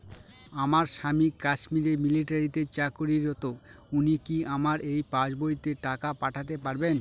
আমার স্বামী কাশ্মীরে মিলিটারিতে চাকুরিরত উনি কি আমার এই পাসবইতে টাকা পাঠাতে পারবেন?